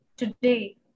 today